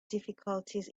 difficulties